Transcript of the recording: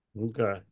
Okay